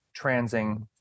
transing